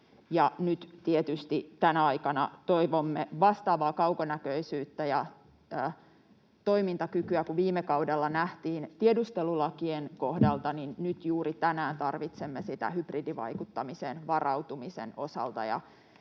tänä aikana toivomme vastaavaa kaukonäköisyyttä ja toimintakykyä kuin viime kaudella nähtiin tiedustelulakien kohdalla. Juuri tänään tarvitsemme sitä hybridivaikuttamiseen varautumisen osalta